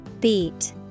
Beat